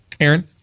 Aaron